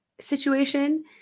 situation